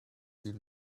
feel